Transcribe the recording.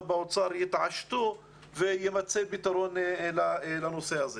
באוצר יתעשת ויימצא פתרון לנושא הזה.